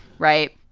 right.